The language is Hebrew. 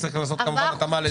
כמובן התאמה ל-25.